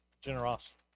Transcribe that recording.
generosity